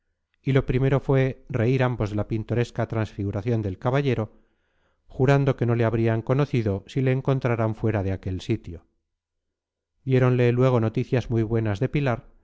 y lo primero fue reír ambos de la pintoresca transfiguración del caballero jurando que no le habrían conocido si le encontraran fuera de aquel sitio diéronle luego noticias muy buenas de pilar y